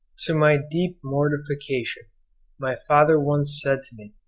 to my deep mortification my father once said to me,